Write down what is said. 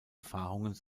erfahrung